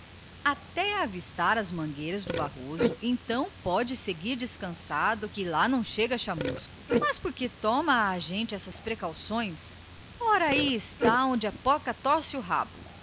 até avistar as mangueiras do barroso daí à riba pode seguir descansado que lá não chega chamusco mas por que toma a gente tais precauções ora aí está onde a porca torce o